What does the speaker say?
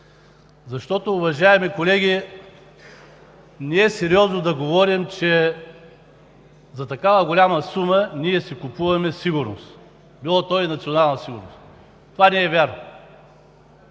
Защото, уважаеми колеги, не е сериозно да говорим, че за такава голяма сума ние си купуваме сигурност, било то и национална сигурност. Това не е вярно.